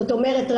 זאת אומרת,